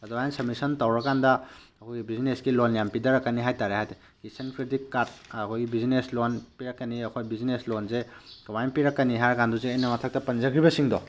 ꯑꯗꯨꯃꯥꯏꯅ ꯁꯝꯃꯤꯁꯟ ꯇꯧꯔꯀꯥꯟꯗ ꯑꯩꯈꯣꯏꯒꯤ ꯕꯤꯖꯤꯅꯦꯁꯀꯤ ꯂꯣꯟ ꯌꯥꯝ ꯄꯤꯊꯔꯛꯀꯅꯤ ꯍꯥꯏꯇꯥꯔꯦ ꯀꯤꯁꯟ ꯀ꯭ꯔꯦꯗꯤꯠ ꯀꯥ꯭ꯔꯠ ꯑꯩꯈꯣꯏꯒꯤ ꯕꯤꯖꯤꯅꯦꯁ ꯂꯣꯟ ꯄꯤꯔꯛꯀꯅꯤ ꯑꯩꯈꯣꯏ ꯕꯤꯖꯤꯅꯦꯁ ꯂꯣꯟꯁꯦ ꯀꯃꯥꯏꯅ ꯄꯤꯔꯛꯀꯅꯤ ꯍꯥꯏ ꯀꯥꯟꯗ ꯍꯧꯖꯤꯛ ꯑꯩꯅ ꯃꯊꯛꯇ ꯄꯟꯖꯈ꯭ꯔꯤꯕꯁꯤꯡꯗꯣ